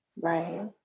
Right